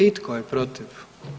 I tko je protiv?